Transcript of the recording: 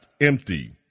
empty